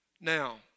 Now